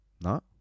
No